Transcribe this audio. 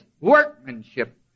workmanship